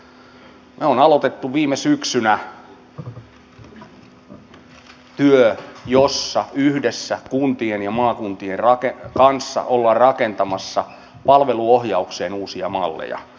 me olemme aloittaneet viime syksynä työn jossa yhdessä kuntien ja maakuntien kanssa ollaan rakentamassa palveluohjaukseen uusia malleja